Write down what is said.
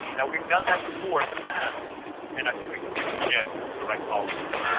now, we've done that before in the past and i think we can do it again with the right policies.